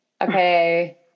okay